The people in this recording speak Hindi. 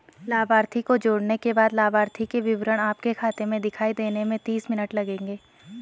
लाभार्थी को जोड़ने के बाद लाभार्थी के विवरण आपके खाते में दिखाई देने में तीस मिनट लगेंगे